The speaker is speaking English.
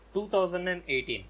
2018